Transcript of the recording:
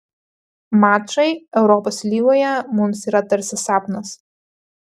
mačai europos lygoje mums yra tarsi sapnas